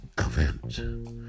event